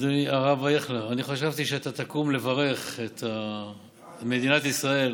הרב אייכלר, חשבתי שאתה תקום לברך את מדינת ישראל,